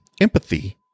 empathy